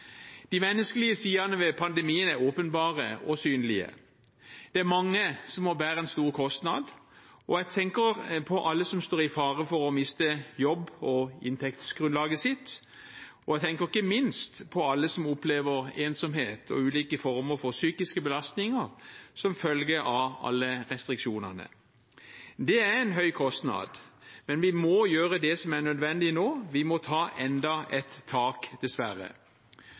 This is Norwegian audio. De menneskelige sidene ved pandemien er åpenbare og synlige. Det er mange som må bære en stor kostnad. Jeg tenker på alle som står i fare for å miste jobben og inntektsgrunnlaget sitt, og jeg tenker ikke minst på alle som opplever ensomhet og ulike former for psykiske belastninger som følge av alle restriksjonene. Det er en høy kostnad, men vi må gjøre det som er nødvendig nå. Vi må ta enda et tak, dessverre.